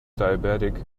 diabetic